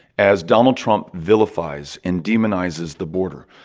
as donald trump vilifies and demonizes the border,